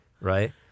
Right